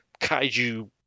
kaiju-